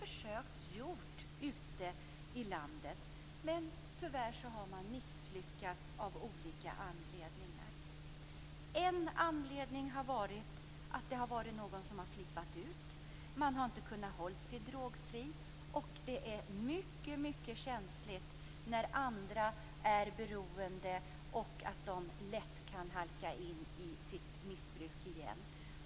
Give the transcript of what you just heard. Försök har gjorts i landet, men tyvärr har man misslyckats av olika anledningar. En anledning kan ha varit att någon har "flippat ut" och inte har kunnat hålla sig drogfri. Det är känsligt när det finns andra som är beroende och som lätt kan halka in i missbruk igen.